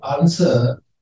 answer